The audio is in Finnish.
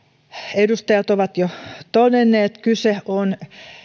edustajat ovat jo todenneet kyse on